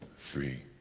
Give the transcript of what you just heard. three,